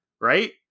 right